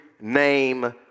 name